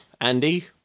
Andy